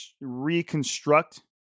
reconstruct